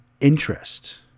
interest